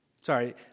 Sorry